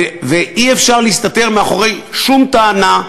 ואי-אפשר להסתתר מאחורי שום טענה,